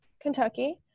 Kentucky